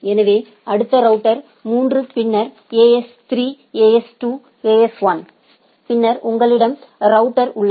எனவே அடுத்த ரவுட்டர் 3 பின்னர் AS3 AS2 AS1 பின்னர் உங்களிடம் ரவுட்டர் உள்ளது